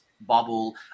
bubble